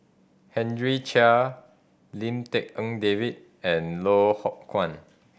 Henry Chia Lim Tek En David and Loh Ho Kwan